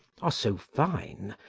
are so fine,